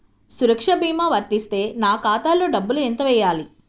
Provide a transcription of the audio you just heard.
సురక్ష భీమా వర్తిస్తే నా ఖాతాలో డబ్బులు ఎంత వేయాలి?